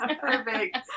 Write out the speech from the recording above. Perfect